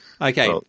Okay